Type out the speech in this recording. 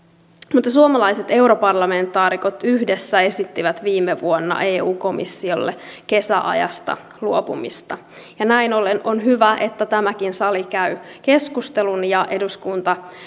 mutta suomalaiset europarlamentaarikot yhdessä esittivät viime vuonna eu komissiolle kesäajasta luopumista ja näin ollen on hyvä että tämäkin sali käy keskustelun ja eduskunta